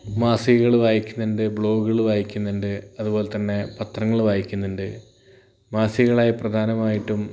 മാസികകൾ വായിക്കുന്നുണ്ട് ബ്ലോഗുകൾ വായിക്കുന്നുണ്ട് അതുപോലെതന്നെ പത്രങ്ങൾ വായിക്കുന്നുണ്ട് മാസികകളായി പ്രധാനമായിട്ടും